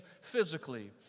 physically